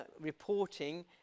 reporting